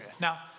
Now